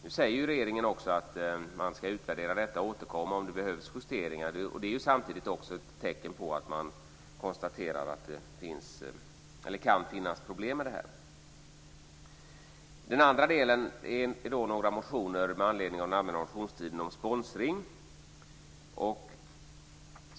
Nu säger regeringen att man ska göra en utvärdering och återkomma om det behövs justeringar. Men det är samtidigt ett tecken på att man konstaterar att det kan finnas problem med detta. Sedan finns det några motioner från den allmänna motionstiden om sponsring.